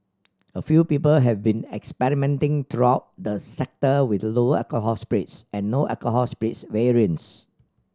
a few people have been experimenting throughout the sector with lower alcohol spirits and no alcohol spirits variants